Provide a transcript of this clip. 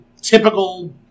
typical